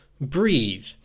breathe